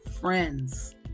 friends